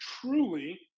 truly